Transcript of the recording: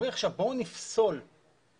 אומרים עכשיו 'בואו נפסול את